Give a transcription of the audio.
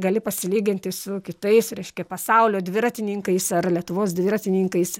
gali pasilyginti su kitais reiškia pasaulio dviratininkais ar lietuvos dviratininkais